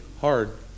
hard